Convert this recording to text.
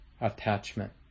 attachment